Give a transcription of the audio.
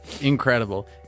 incredible